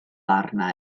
arna